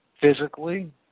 physically